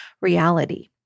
reality